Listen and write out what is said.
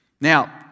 Now